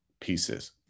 pieces